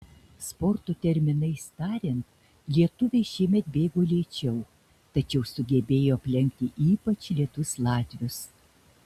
sporto terminais tariant lietuviai šiemet bėgo lėčiau tačiau sugebėjo aplenkti ypač lėtus latvius